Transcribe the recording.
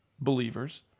believers